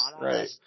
Right